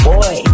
Boy